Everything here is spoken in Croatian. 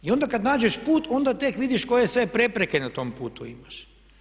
I onda kad nađeš put onda tek vidiš koje sve prepreke na tom putu imaš.